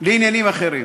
לעניינים אחרים.